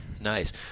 Nice